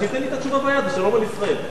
שייתן לי את התשובה ביד ושלום על ישראל.